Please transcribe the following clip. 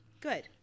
Good